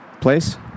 place